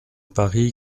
parie